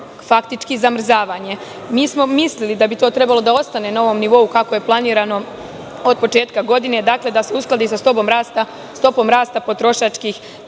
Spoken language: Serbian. faktički zamrzavanje. Mi smo mislili da bi to trebalo da ostane na ovom nivou kako je planirano od početka godine, da se uskladi sa stopom rasta potrošačkih